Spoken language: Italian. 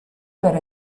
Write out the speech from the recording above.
per